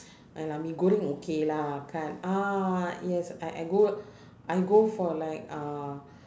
ah lah mee goreng okay lah kan ah yes I I go I go for like uh